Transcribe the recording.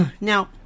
Now